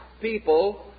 people